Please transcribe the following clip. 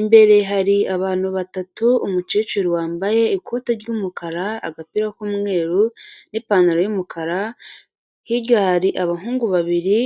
imbere hari abantu batatu, umukecuru wambaye ikoti ry'umukara, agapira k'umweru n'ipantaro y'umukara, hirya hari abahungu babiri.